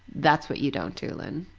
that's what you don't do lynn,